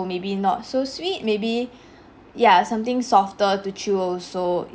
maybe not so sweet maybe ya something softer to chew also